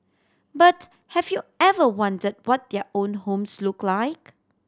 but have you ever wondered what their own homes look like